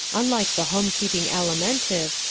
unlike the home-keeping alimentive,